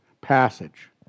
passage